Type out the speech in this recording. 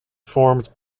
formed